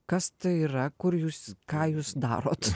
kas tai yra kur jūs ką jūs darot